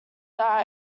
that